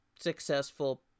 successful